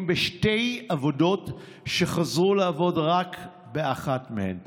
בשתי עבודות שחזרו לעבוד רק באחת מהן?